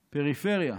פריפריה,